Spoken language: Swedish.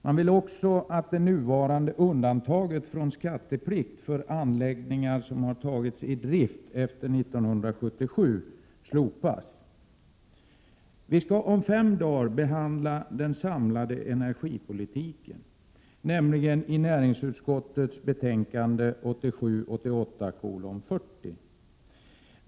Man vill också att nuvarande undantag från skatteplikten för anläggningar som har tagits i drift efter 1977 skall slopas. Vi kommer om fem dagar att behandla den samlade energipolitiken, då vi skall ta ställning till näringsutskottets betänkande 1987/88:40.